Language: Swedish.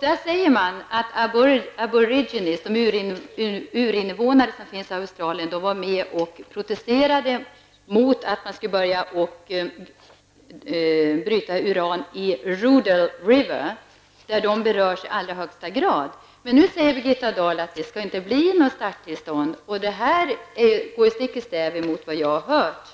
Där säger man att aboriginerna, Australiens urinnevånare, var med och protesterade mot att man skulle börja bryta uran i Rudall River där de berörs i allra högsta grad. Nu säger Birgitta Dahl att det inte skall bli något starttillstånd. Det går stick i stäv mot vad jag har hört.